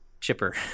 chipper